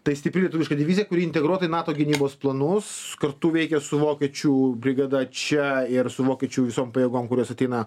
tai stipri lietuviška divizija kuri integruota į nato gynybos planus kartu veikia su vokiečių brigada čia ir su vokiečių visom pajėgom kurios ateina